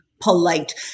polite